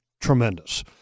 Tremendous